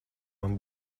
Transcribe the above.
man